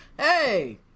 Hey